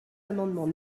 amendement